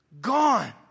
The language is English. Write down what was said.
Gone